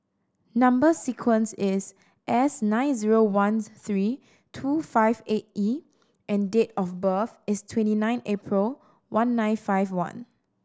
number sequence is S nine zero one three two five eight E and date of birth is twenty nine April one nine five one